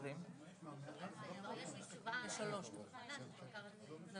את הפגישה שלכם ואת החשיבה המשותפת במהלך הדיון הבא אותו אני